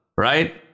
Right